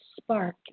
spark